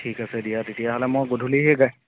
ঠিক আছে দিয়া তেতিয়াহ'লে মই গধূলী সেই